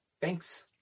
thanks